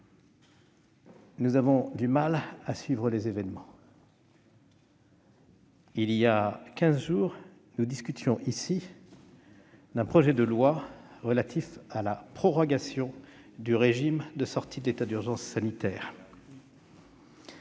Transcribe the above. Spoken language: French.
nous avons du mal à suivre les événements. Il y a quinze jours, nous discutions, ici, d'un projet de loi relatif à la prorogation du régime de sortie de l'état d'urgence sanitaire.